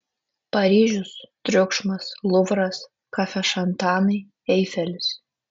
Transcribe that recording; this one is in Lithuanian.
paryžius triukšmas luvras kafešantanai eifelis